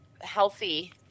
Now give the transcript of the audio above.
healthy